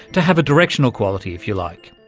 to have a directional quality, if you like.